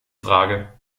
frage